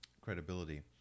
credibility